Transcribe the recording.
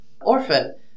orphan